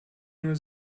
nur